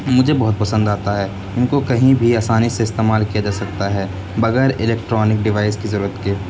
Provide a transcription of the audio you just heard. مجھے بہت پسند آتا ہے ان کو کہیں بھی آسانی سے استعمال کیا جا سکتا ہے بغیر الیکٹرانک ڈیوائس کی ضرورت کے